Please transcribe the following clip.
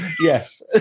yes